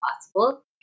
possible